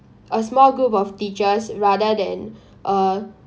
a small group of teachers rather than err